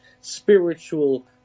spiritual